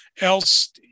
else